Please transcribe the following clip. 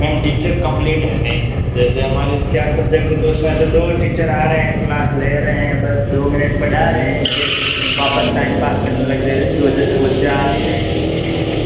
ma'am teachers complete है नहीं जैसे हमारी चार सब्जेक्ट है तो उसमें से दो टीचर्स आ रहे हैं क्लास ले रहे हैं बस दो मिनट पढ़ा रहे है फिर वापस टाइम पास करने लग गए इसकी वजह से बच्चे आ नहीं रहे है